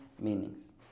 meanings